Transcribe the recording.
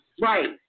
right